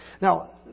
Now